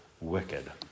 wicked